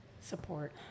Support